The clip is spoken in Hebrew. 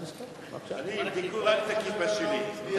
ואני אקריא את תשובתו.